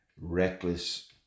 reckless